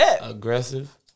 aggressive